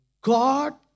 God